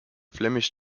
flemish